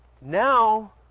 Now